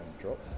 drop